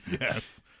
Yes